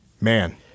man